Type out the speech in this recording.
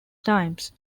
times